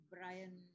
Brian